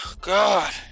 God